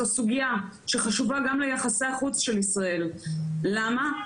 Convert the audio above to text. זו סוגייה שחשובה גם ליחסי החוץ של ישראל, למה?